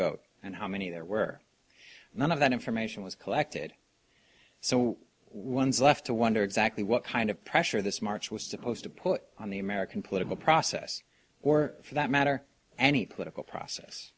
vote and how many there were none of that information was collected so one's left to wonder exactly what kind of pressure this march was supposed to put on the american political process or for that matter any political process